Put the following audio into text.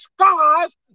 scars